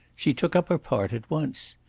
she took up her part at once.